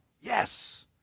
yes